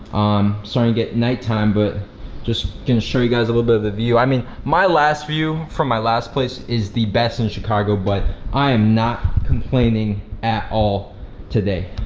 um starting to get nighttime, but just gonna show you guys a little bit of the view. i mean my last view from my last place is the best in chicago but i am not complaining at all today.